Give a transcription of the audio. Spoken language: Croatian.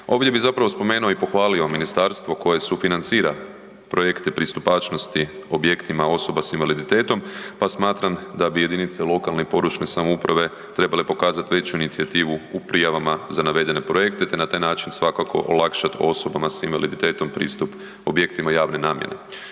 Ovdje bih zapravo spomenuo i pohvalio ministarstvo koje sufinancira projekte pristupačnosti objektima osoba s invaliditetom, pa smatram da bi jedinice lokalne i područne samouprave trebale pokazati veću inicijativu u prijavama za navedene projekte te na taj način svakako olakšati osobama s invaliditetom pristup objektima javne namjene.